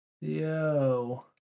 Yo